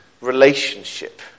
relationship